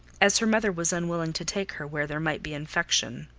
as her mother was unwilling to take her where there might be infection.